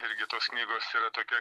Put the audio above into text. irgi tos knygos yra tokia